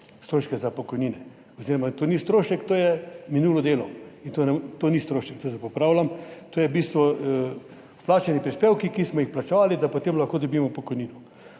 stroške za pokojnine oziroma to ni strošek, to je minulo delo, to ni strošek, tu se popravljam. To so v bistvu vplačani prispevki, ki smo jih plačevali, da potem lahko dobimo pokojnino.